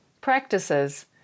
practices